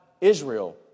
Israel